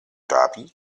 dhabi